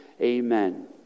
amen